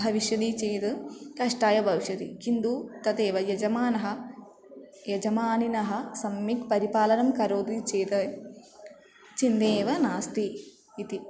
भविष्यदि चेद् कष्टाय भविष्यति किन्तु तदेव यजमानः यजमानः सम्यक् परिपालनं करोति चेद चिन्ता एव नास्ति इति